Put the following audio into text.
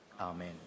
Amen